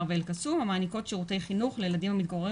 ואל קסום המעניקות שירותי חינוך לילדים המתגוררים